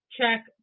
check